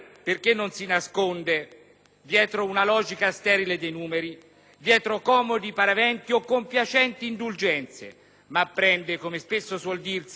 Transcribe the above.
dietro una logica sterile dei numeri, dietro comodi paraventi o compiacenti indulgenze, ma prende, come spesso suol dirsi, il toro per le corna